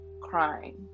crying